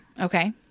Okay